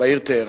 בעיר טהרן.